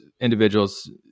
individuals